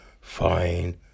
fine